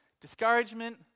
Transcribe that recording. Discouragement